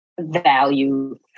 value